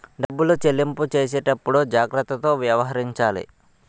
డబ్బులు చెల్లింపు చేసేటప్పుడు జాగ్రత్తతో వ్యవహరించాలి